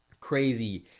crazy